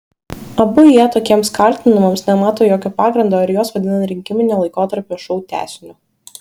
abu jie tokiems kaltinimams nemato jokio pagrindo ir juos vadina rinkiminio laikotarpio šou tęsiniu